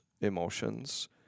emotions